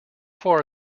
far